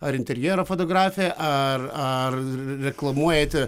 ar interjero fotografė ar ar reklamuojate